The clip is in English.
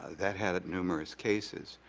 that had numerous cases.